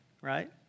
right